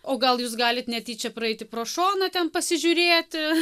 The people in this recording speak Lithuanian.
o gal jūs galit netyčia praeiti pro šoną ten pasižiūrėti